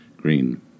Green